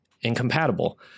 incompatible